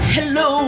Hello